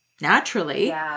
naturally